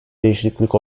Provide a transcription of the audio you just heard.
değişiklik